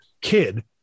kid